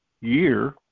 year